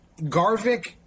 Garvik